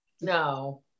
No